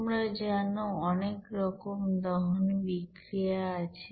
তোমরা জানো অনেক রকম দহন বিক্রিয়া আছে